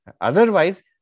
Otherwise